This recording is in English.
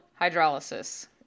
hydrolysis